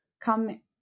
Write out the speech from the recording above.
come